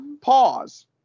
pause